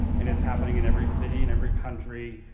and it's happening in every city, in every country,